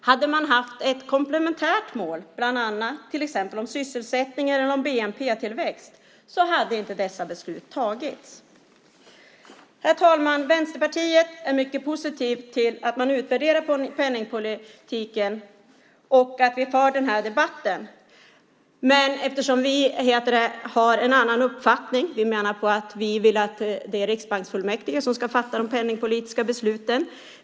Hade man haft ett komplementärt mål, till exempel om sysselsättning eller bnp-tillväxt, hade inte dessa beslut tagits. Herr talman! Vänsterpartiet är mycket positivt till att man utvärderar penningpolitiken och att vi för den här debatten. Men vi har en annan uppfattning och menar att det är riksbanksfullmäktige som ska fatta de penningpolitiska besluten.